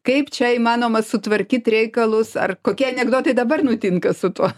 kaip čia įmanoma sutvarkyt reikalus ar kokie anekdotai dabar nutinka su tuo